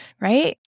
right